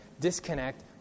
disconnect